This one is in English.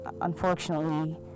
unfortunately